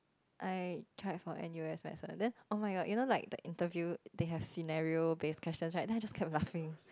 I tried for N_U_S medicine then oh-my-god you know like the interview they had scenario based questions right then I just kept laughing